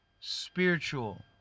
spiritual